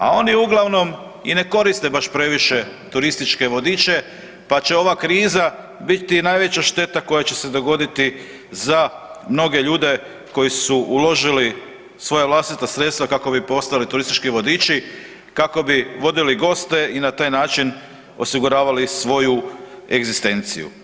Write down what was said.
A oni uglavnom i ne koriste baš previše turističke vodiče pa će ova kriza biti najveća šteta koja će se dogoditi za mnoge ljude koji su uložili svoja vlastita sredstva kako bi postali turistički vodiči, kako bi vodili goste i na taj način osiguravali svoju egzistenciju.